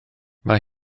mae